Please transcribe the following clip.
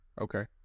Okay